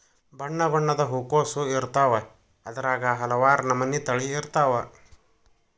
ಬಣ್ಣಬಣ್ಣದ ಹೂಕೋಸು ಇರ್ತಾವ ಅದ್ರಾಗ ಹಲವಾರ ನಮನಿ ತಳಿ ಇರ್ತಾವ